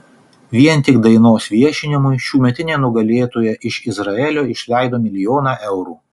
vien tik dainos viešinimui šiųmetinė nugalėtoja iš izraelio išleido milijoną eurų